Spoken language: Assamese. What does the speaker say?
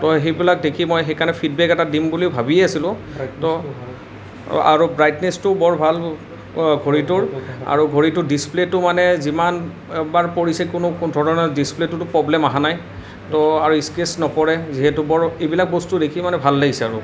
তো সেইবিলাক দেখি মই সেইকাৰণে ফীডবেক এটা দিম বুলিও ভাবিয়েই আছিলোঁ তো আৰু ব্ৰাইটনেছটো বৰ ভাল ঘড়ীটোৰ আৰু ঘড়ীটোৰ ডিচপ্লেটো মানে যিমানবাৰ পৰিছে কোনো ধৰণৰ ডিচপ্লেটোতো প্ৰব্লেম অহা নাই তো আৰু স্কেটচ নপৰে যিহেতু বৰ এইবিলাক বস্তু দেখি মানে ভাল লাগিছে আৰু